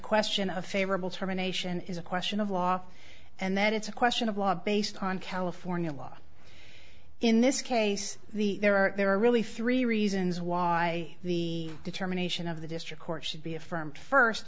question of favorable terminations is a question of law and that it's a question of law based on california law in this case the there are really three reasons why the determination of the district court should be affirmed first